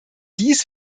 dies